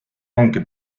ongi